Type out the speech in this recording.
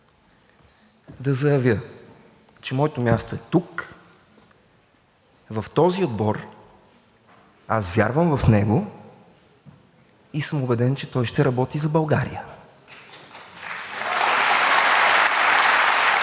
да заявя, че моето място е тук, в този отбор. Аз вярвам в него и съм убеден, че той ще работи за България!